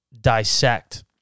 dissect